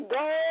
go